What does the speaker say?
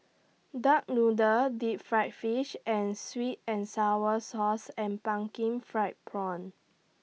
Duck Noodle Deep Fried Fish and Sweet and Sour Sauce and Pumpkin Fried Prawns